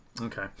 Okay